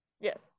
Yes